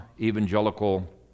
evangelical